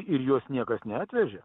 ir jos niekas neatvežė